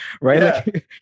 right